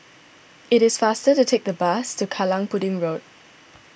it is faster to take the bus to Kallang Pudding Road